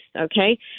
okay